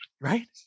right